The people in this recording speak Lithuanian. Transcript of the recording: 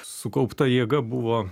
sukaupta jėga buvo